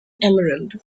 emerald